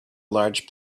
large